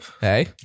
hey